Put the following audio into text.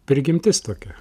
prigimtis tokia